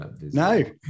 no